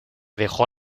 dejó